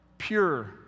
pure